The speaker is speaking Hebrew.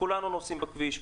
וכולנו נוסעים בכביש,